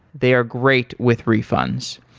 they are great with refunds.